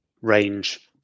range